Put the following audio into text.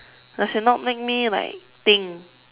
no it shall not make me like think